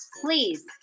please